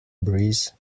breeze